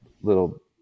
little